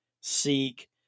seek